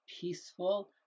peaceful